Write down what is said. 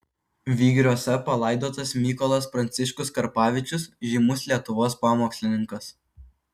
vygriuose palaidotas mykolas pranciškus karpavičius žymus lietuvos pamokslininkas